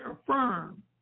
affirm